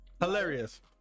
hilarious